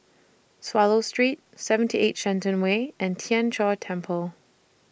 Swallow Street seventy eight Shenton Way and Tien Chor Temple